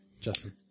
Justin